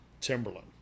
Timberland